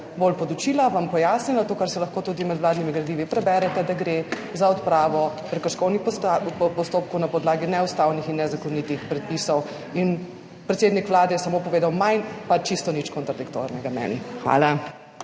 bolj podučila, vam pojasnila to, kar si lahko preberete tudi med vladnimi gradivi, da gre za odpravo prekrškovnih postopkov na podlagi neustavnih in nezakonitih predpisov. Predsednik Vlade je samo povedal manj, pa čisto nič kontradiktornega meni. Hvala.